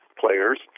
players